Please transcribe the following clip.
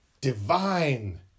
divine